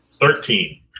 Thirteen